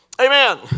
Amen